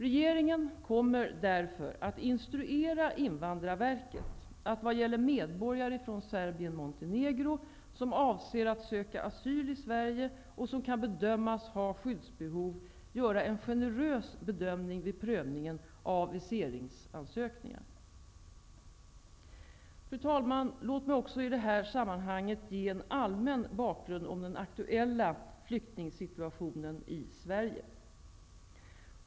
Regeringen kommer därför att instruera Invandrarverket att vad gäller medborgare från Serbien-Montenegro som avser att söka asyl i Sverige, och som kan bedömas ha skyddsbehov, göra en generös bedömning vid prövningen av viseringsansökningar. Fru talman! Låt mig också i detta sammanhang ge en allmän bakgrund till den aktuella flyktingsituationen i Sverige.